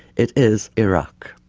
it is iraq.